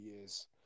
years